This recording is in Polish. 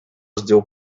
zdjął